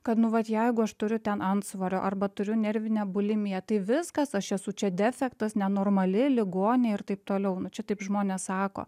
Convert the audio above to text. kad nu vat jeigu aš turiu ten antsvorio arba turiu nervinę bulimiją tai viskas aš esu čia defektas nenormali ligonė ir taip toliau nu čia taip žmonės sako